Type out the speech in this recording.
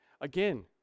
Again